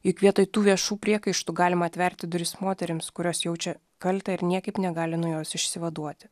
juk vietoj tų viešų priekaištų galima atverti duris moterims kurios jaučia kaltę ir niekaip negali nuo jos išsivaduoti